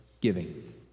giving